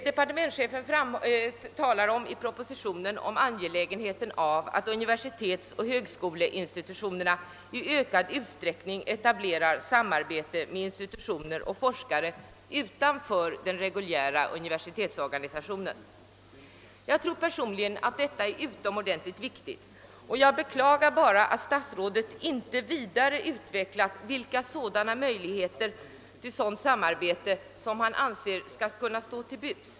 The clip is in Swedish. Departementschefen talar i propositionen om angelägenheten av att universitetsoch högskoleinstitutionerna i ökad utsträckning etablerar samarbete med institutioner och forskare utanför den reguljära universitetsorganisationen. Jag tror personligen att detta är utomordentligt viktigt, jag beklagar bara att statsrådet inte vidare utvecklar vilka möjligheter till sådant samarbete han anser står till buds.